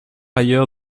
ailleurs